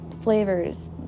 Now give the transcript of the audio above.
flavors